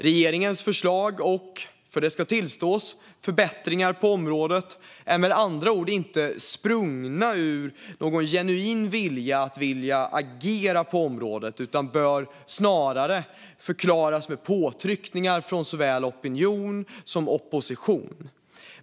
Regeringens förslag och - det ska tillstås - förbättringar på området är med andra ord inte sprungna ur någon genuin vilja att agera på området utan bör snarare förklaras med påtryckningar från såväl opinion som opposition.